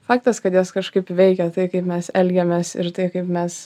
faktas kad jas kažkaip veikia tai kaip mes elgiamės ir tai kaip mes